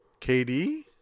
KD